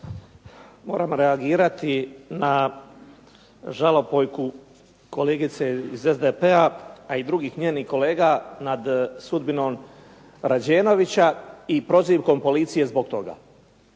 moram reagirati na žalopojku kolegice iz SDP-a, a i drugih njenih kolega nad sudbinom Rađenovića i prozivkom policije zbog toga.